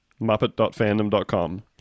muppet.fandom.com